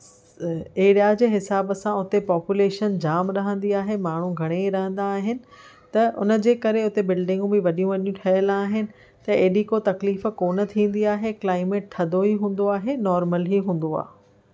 area जे हिसाब सां उते पोपुलेशन जाम रहंदी आहे माण्हू घणई रहंदा आहिनि त उन जे करे उते बिल्डिगूं बि वॾियूं वॾियूं ठहियल आहिनि त एॾी को तकलीफ़ कोन थींदी आहे क्लाइमेट थधो ही हूंदो आहे नोर्मल ही हूंदो आहे